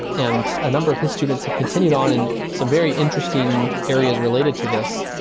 and a number of his students have continued on in some very interesting areas related to this.